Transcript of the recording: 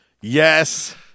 Yes